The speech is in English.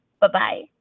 Bye-bye